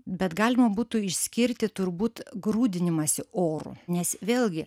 bet galima būtų išskirti turbūt grūdinimąsi oru nes vėlgi